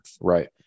Right